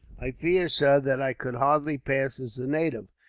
i fear, sir, that i could hardly pass as a native.